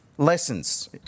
Lessons